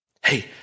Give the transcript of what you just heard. Hey